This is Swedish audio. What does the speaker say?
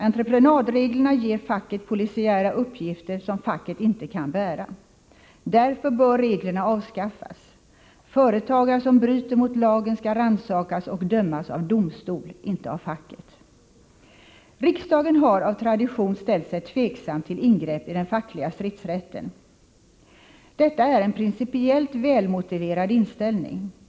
Entreprenadreglerna ger facket polisiära uppgifter som facket inte kan bära. Därför bör reglerna avskaffas. Företagare som bryter mot lagen skall rannsakas och dömas av domstol, inte av facket. Riksdagen har av tradition ställt sig tveksam till ingrepp i den fackliga stridsrätten. Detta är en principiellt välmotiverad inställning.